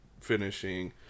finishing